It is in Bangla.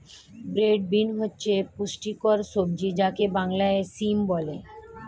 ব্রড বিন হচ্ছে পুষ্টিকর সবজি যাকে বাংলায় সিম বলে